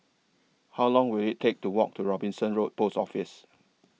How Long Will IT Take to Walk to Robinson Road Post Office